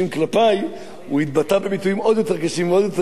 הוא התבטא בביטויים עוד יותר קשים ועוד יותר גסים כלפי ראש הממשלה,